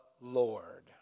Lord